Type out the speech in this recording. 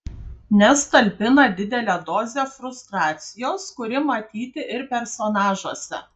nes talpina didelę dozę frustracijos kuri matyti ir personažuose